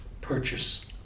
purchase